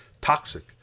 toxic